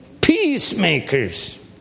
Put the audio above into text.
peacemakers